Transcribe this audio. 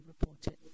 reported